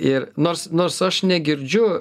ir nors nors aš negirdžiu